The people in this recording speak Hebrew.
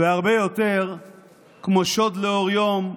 והרבה יותר כמו שוד לאור יום.